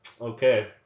Okay